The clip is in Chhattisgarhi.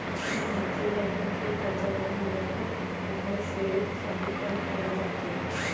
जब मनसे ल बेंक ले करजा नइ मिलय तो वोहर सेठ, साहूकार करा जाथे